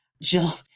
Jill